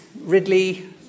Ridley